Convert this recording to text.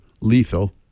Lethal